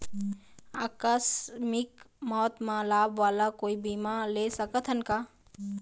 आकस मिक मौत म लाभ वाला कोई बीमा ले सकथन का?